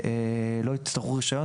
ולא יצטרכו רישיון,